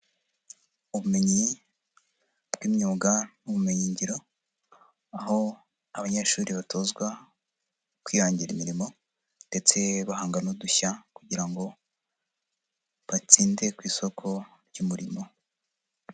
Ubumenyi bw'imyuga n'ubumenyingiro, aho abanyeshuri batozwa kwihangira imirimo ndetse bahanga n'udushya kugira ngo batsinde ku isoko ry'umurimo.